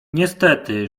niestety